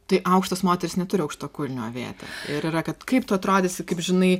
tai aukštos moterys neturi aukštakulnių avėti ir yra kad kaip tu atrodysi kaip žinai